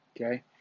Okay